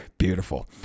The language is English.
Beautiful